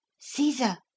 Caesar